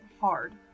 hard